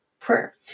prayer